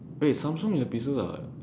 wait samsung earpieces ah